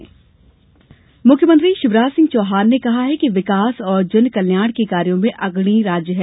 मुख्यमंत्री मुख्यमंत्री शिवराज सिंह चौहान ने कहा है कि विकास और जनकल्याण कार्यो में अग्रणी राज्य है